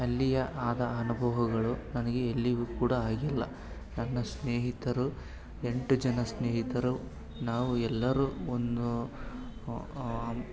ಅಲ್ಲಿ ಆದ ಅನುಭವಗಳು ನನಗೆ ಎಲ್ಲಿಯೂ ಕೂಡ ಆಗಿಲ್ಲ ನನ್ನ ಸ್ನೇಹಿತರು ಎಂಟು ಜನ ಸ್ನೇಹಿತರು ನಾವು ಎಲ್ಲರು ಒಂದು ಅಮ್